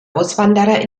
auswanderer